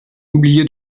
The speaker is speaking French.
oublié